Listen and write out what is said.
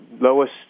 lowest